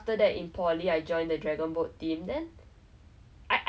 my skills in like I'm not so good at sports so